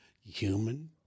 Human